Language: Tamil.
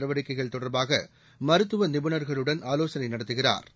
நடவடிக்கைகள் தொடா்பாக மருத்துவ நிபுணா்களுடன் ஆலோசனை நடத்துகிறாா்